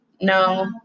no